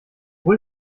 hol